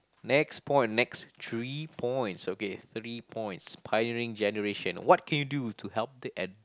next point next three points okay three points pioneering generation what can you do to help the eld~